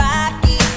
Rocky